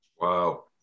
Wow